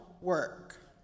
work